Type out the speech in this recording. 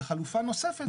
וחלופה נוספת,